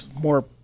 more